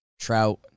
Trout